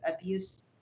abuse